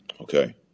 Okay